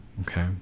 Okay